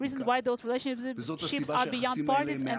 זאת הסיבה שהיחסים האלה הם מעל הזמן,